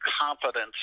confidence